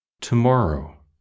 tomorrow